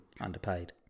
underpaid